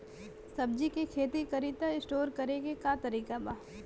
सब्जी के खेती करी त स्टोर करे के का तरीका बा?